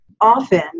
often